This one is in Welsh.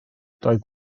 doedd